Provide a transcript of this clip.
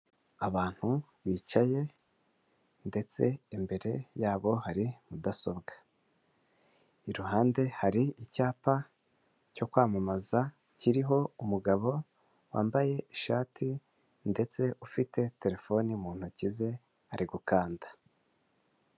Abantu bicaye ndetse imbere yabo hari mudasobwa, iruhande hari icyapa cyo kwamamaza kiriho umugabo wambaye ishati ndetse ufite telefone mu ntoki ze ari gukanda.